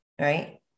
right